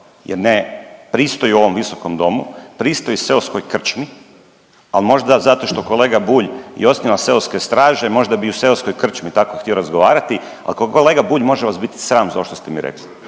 jer ne pristoji ovom Visokom domu, pristoji seoskoj krčmi. Ali možda zato što kolega Bulj i osniva seoske straže, možda bi u seoskoj krčmi tako htio razgovarati. Ali kolega Bulj može vas biti sram za ovo što ste mi rekli.